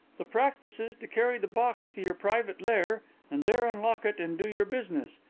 the practice is to carry the box to your private lair and there unlock it and do your business.